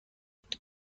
بازدید